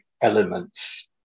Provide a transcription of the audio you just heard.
elements